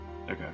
Okay